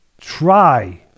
try